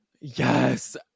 Yes